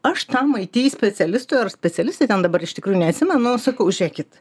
aš tam aity specialistui ar specialistei ten dabar iš tikrųjų neatsimenu sakau žėkit